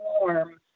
warm